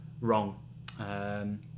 wrong